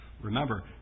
Remember